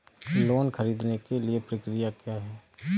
Loan ख़रीदने के लिए प्रक्रिया क्या है?